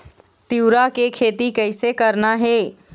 तिऊरा के खेती कइसे करना हे?